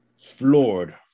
floored